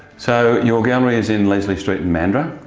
so your gallery is in lesley street in mandurah?